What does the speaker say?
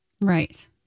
Right